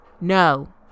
no